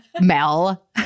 Mel